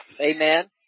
Amen